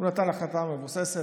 והוא נתן החלטה מבוססת,